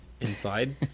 inside